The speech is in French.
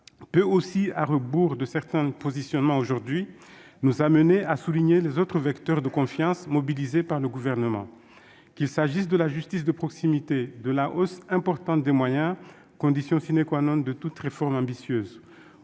peut aussi, à rebours de certains positionnements, nous amener à souligner les autres vecteurs de confiance mobilisés par le Gouvernement, qu'il s'agisse de la justice de proximité, de la hausse importante des moyens- condition de toute réforme ambitieuse